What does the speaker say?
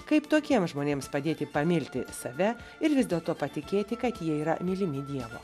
kaip tokiems žmonėms padėti pamilti save ir vis dėlto patikėti kad jie yra mylimi dievo